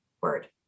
word